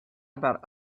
about